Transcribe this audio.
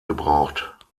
gebraucht